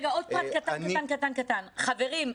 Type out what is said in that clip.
חברים,